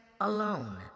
alone